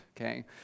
okay